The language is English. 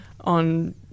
on